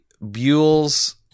Buell's